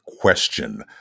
question